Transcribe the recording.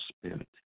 spirit